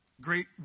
Great